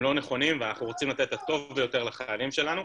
לא נכונים ואנחנו רוצים לתת את הטוב ביותר לחיילים שלנו.